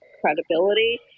credibility